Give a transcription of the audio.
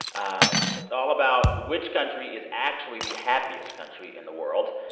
um it's all about which country is actually the happiest country in the world.